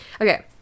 okay